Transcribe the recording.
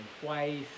twice